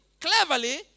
cleverly